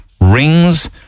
rings